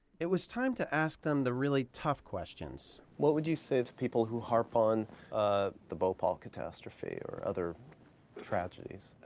it was time to ask them the really tough questions. what would you say to people who harp on ah the bhopal catastrophe or other tragedies?